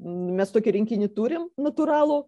mes tokį rinkinį turim natūralų